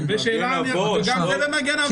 זה לא מגן אבות.